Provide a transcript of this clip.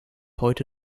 heute